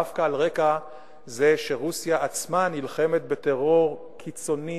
דווקא על רקע זה שרוסיה עצמה נלחמת בטרור קיצוני,